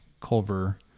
Culver